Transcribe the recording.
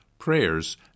prayers